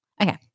Okay